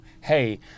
hey